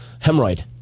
hemorrhoid